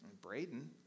Braden